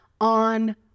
on